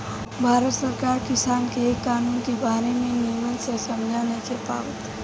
भारत सरकार किसान के ए कानून के बारे मे निमन से समझा नइखे पावत